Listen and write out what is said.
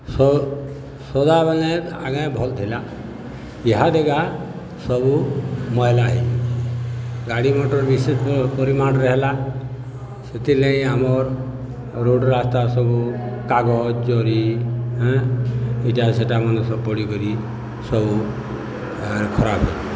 ସଦାବେଲେ ଆଗେ ଭଲ୍ ଥିଲା ଇହାଦେକା ସବୁ ମଇଲା ହେଇ ଯାଇଛେ ଗାଡ଼ି ମଟର୍ ବିଶେଷ ପରିମାଣରେ ହେଲା ସେଥିର୍ଲାଗି ଆମର୍ ରୋଡ଼୍ ରାସ୍ତା ସବୁ କାଗଜ ଜରି ହେଁ ଇଟା ସେଟା ମାନେ ସବୁ ପଡ଼ିିକରି ସବୁ ଖରାପ୍ ହେଲା